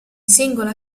singola